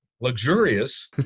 luxurious